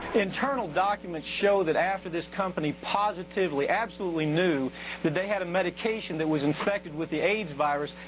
internal documents show that after this company positively absolutely knew that they had a medication that was infected with the aids virus,